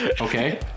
Okay